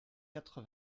quatre